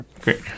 Great